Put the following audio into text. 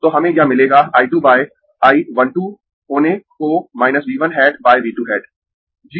तो हमें यह मिलेगा I 2 I 1 2 होने को V 1 हैट V 2 हैट